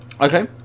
okay